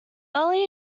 early